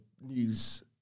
news